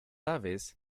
aves